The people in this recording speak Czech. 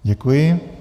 Děkuji.